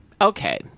Okay